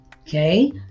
okay